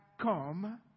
come